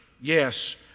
Yes